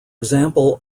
example